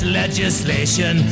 legislation